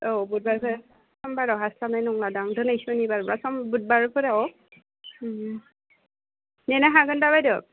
औ बुधबारफोर समबाराव हास्लाबनाय नङादां दिनै सुनिबारब्ला समबार बुधबारफोराव नेनो हागोन दा बायद'